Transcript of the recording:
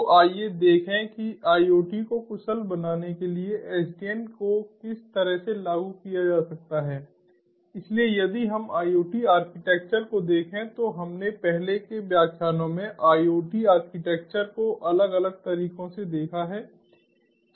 तो आइए देखें कि IoT को कुशल बनाने के लिए SDN को किस तरह से लागू किया जा सकता है इसलिए यदि हम IoT आर्किटेक्चर को देखें तो हमने पहले के व्याख्यानों में IoT आर्किटेक्चर को अलग अलग तरीकों से देखा है